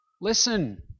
Listen